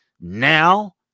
now